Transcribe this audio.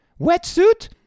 wetsuit